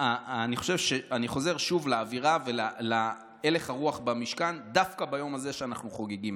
אני חוזר שוב לאווירה ולהלך הרוח במשכן דווקא ביום הזה שאנחנו חוגגים.